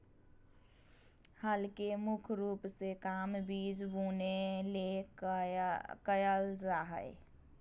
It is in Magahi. हल के मुख्य रूप से काम बिज बुने ले कयल जा हइ